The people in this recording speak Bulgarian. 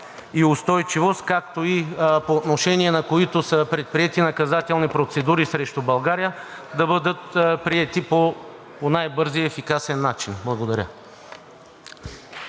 и устойчивост, както и по отношение на които са предприети наказателни процедури срещу България, да бъдат приети по най-бързия и ефикасен начин. Благодаря.